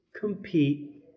compete